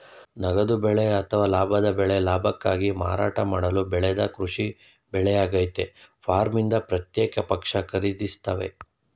ನಗದು ಬೆಳೆ ಅಥವಾ ಲಾಭದ ಬೆಳೆ ಲಾಭಕ್ಕಾಗಿ ಮಾರಾಟ ಮಾಡಲು ಬೆಳೆದ ಕೃಷಿ ಬೆಳೆಯಾಗಯ್ತೆ ಫಾರ್ಮ್ನಿಂದ ಪ್ರತ್ಯೇಕ ಪಕ್ಷ ಖರೀದಿಸ್ತವೆ